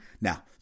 now